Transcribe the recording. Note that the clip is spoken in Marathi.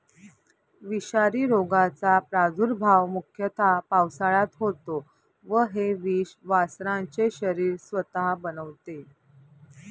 विषारी रोगाचा प्रादुर्भाव मुख्यतः पावसाळ्यात होतो व हे विष वासरांचे शरीर स्वतः बनवते